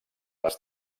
les